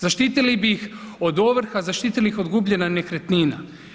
Zaštitili bi ih od ovrha, zaštitili od gubljenja nekretnina.